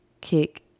kick